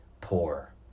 poor